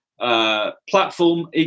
platform